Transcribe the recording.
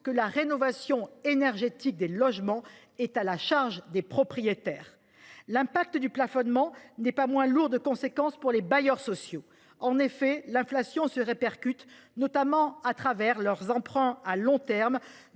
que la rénovation énergétique des logements est à la charge des propriétaires. Le plafonnement n'est pas moins lourd de conséquences pour les bailleurs sociaux. En effet, l'inflation se répercute notamment sur leurs emprunts à long terme,